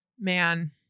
Man